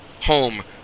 home